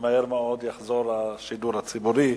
שמהר מאוד יחזור השידור הציבורי,